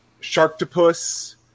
Sharktopus